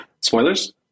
Spoilers